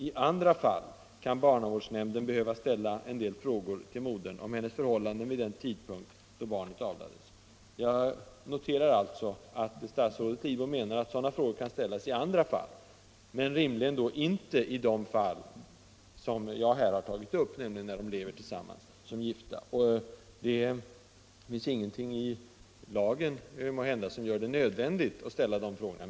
I andra fall kan barnavårdsnämnden behöva ställa en del frågor till modern om hennes förhållanden vid den tidpunkt då barnet avlades.” Jag noterar alltså att statsrådet Lidbom menar att sådana frågor kan ställas ”i andra fall”, men alltså inte i de fall som jag här har tagit upp, nämligen när föräldrarna lever tillsammans som gifta. Det finns kanske ingenting i lagen som gör det nödvändigt att ställa de frågorna.